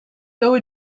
though